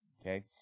okay